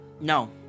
No